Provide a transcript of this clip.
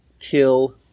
kill